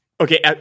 Okay